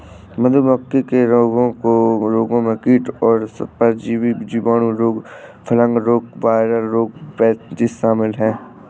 मधुमक्खी के रोगों में कीट और परजीवी, जीवाणु रोग, फंगल रोग, वायरल रोग, पेचिश शामिल है